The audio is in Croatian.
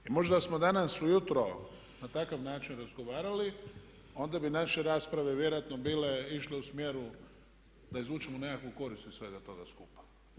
I možda da smo danas ujutro na takav način razgovarali onda bi naše rasprave vjerojatno bile išle u smjeru da izvučemo nekakvu korist iz svega toga skupa.